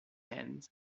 end